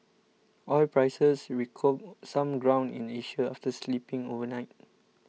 oil prices recouped some ground in Asia after slipping overnight